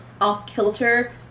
off-kilter